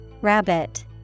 Rabbit